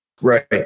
Right